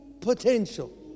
potential